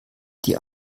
die